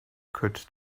could